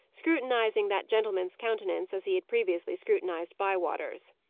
scrutinizing that gentleman's countenance, as he had previously scrutinized bywater's.